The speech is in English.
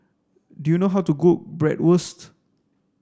do you know how to cook Bratwurst